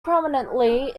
prominently